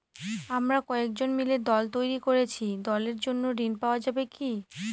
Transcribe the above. আমরা কয়েকজন মিলে দল তৈরি করেছি দলের জন্য ঋণ পাওয়া যাবে কি?